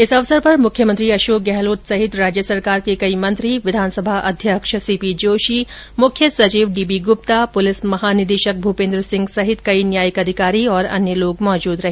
इस अवसर पर मुख्यमंत्री अशोक गहलोत सहित राज्य सरकार के कई मंत्री विधानसभा अध्यक्ष सीपी जोशी मुख्य सचिव डीबो गुप्ता पुलिस महानिदेशक भूपेन्द्र सिंह सहित कई न्यायिक अधिकारी और अन्य लोग मौजूद रहे